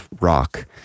rock